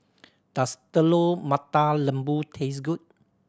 does Telur Mata Lembu taste good